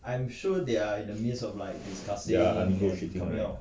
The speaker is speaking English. ya and still pushing right